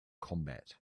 combat